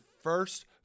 First